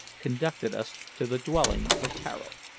conducted us to the dwelling of tararo.